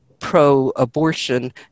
pro-abortion